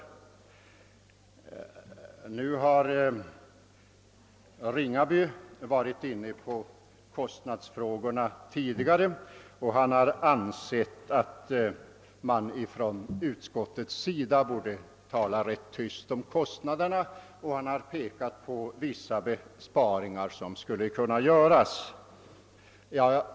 Herr Ringaby har tidigare varit inne på kostnaderna och har ansett att utskottet bör tala rätt tyst om dem. Han har pekat på vissa besparingar som skulle kunna göras.